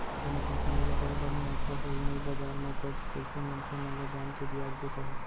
कोनो कंपनी ल बरोबर मुनाफा होही नइ बजार म तब कइसे मनसे मन ल बांड के बियाज दे पाही